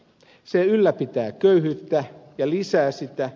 se ylläpitää köyhyyttä ja lisää sitä